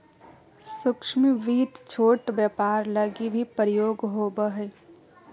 सूक्ष्म वित्त छोट व्यापार लगी भी प्रयोग होवो हय